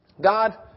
God